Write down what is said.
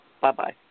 Bye-bye